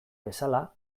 bezala